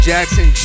Jackson